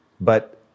But-